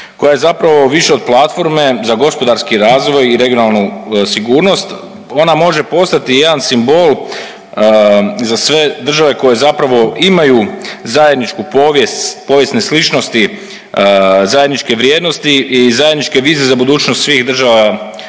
koja je zapravo više od platforme za gospodarski razvoj i regionalnu sigurnost. Ona može postati jedan simbol za sve države koje zapravo imaju zajedničku povijest, povijesne sličnosti, zajedničke vrijednosti i zajedničke vizije za budućnost svih država Inicijative.